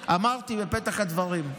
אמרתי בפתח הדברים.